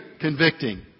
convicting